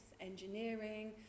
engineering